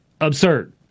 absurd